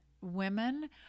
women